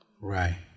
Right